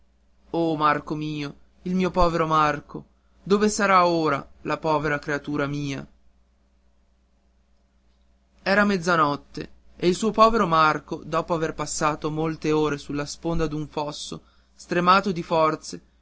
oh marco mio il mio povero marco dove sarà ora la povera creatura mia era mezzanotte e il suo povero marco dopo aver passato molte ore sulla sponda d'un fosso stremato di forze